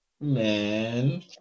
Man